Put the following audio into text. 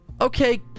Okay